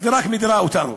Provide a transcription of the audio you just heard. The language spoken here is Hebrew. ורק מדירה אותנו.